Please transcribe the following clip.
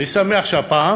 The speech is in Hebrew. אני שמח שהפעם